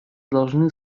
должны